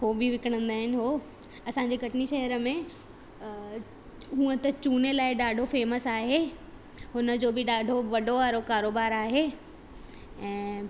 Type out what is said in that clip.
हो बि विकणंदा आहिनि हो असांजे कटनी शहर में अ हूंअं त चूने लाइ ॾाढो फेमस आहे हुन जो बि ॾाढो वॾो वारो कारोबारु आहे ऐं